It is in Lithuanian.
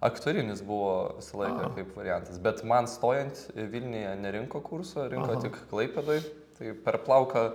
aktorinis buvo visą laiką kaip variantas bet man stojant vilniuje nerinko kurso rinko tik klaipėdoj tai per plauką